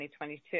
2022